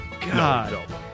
God